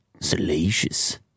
Salacious